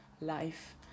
life